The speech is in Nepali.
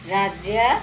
राज्य